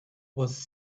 was